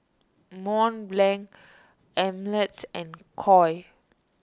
Mont Blanc Ameltz and Koi